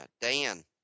Dan